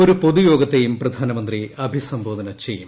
ഒരു പൊതുയോഗത്തെയും പ്രധാനമന്ത്രി അഭിസംബോധന ചെയ്യും